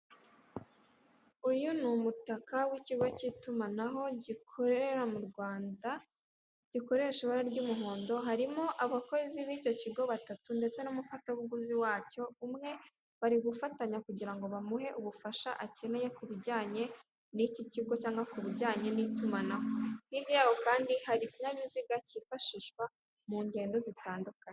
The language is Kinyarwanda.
Uyu ni umutaka w'ikigo cy'utumanaho gukorera mu Rwanda, gikoresha ibara ry'umuhondo, harimo abakozi w'icyo kigo batatu, ndetse n'umufatabuguzi wacyo umwe, bari gufatanya kugira ngo bamuhe ubufasha akeneye ku bijjyanye n'iki kigo cyangwa ku bijyanye n'itumanaho. Hirya yaho kandi hari ikinyabiziga kifashishwa mu ngendo zitandukanye.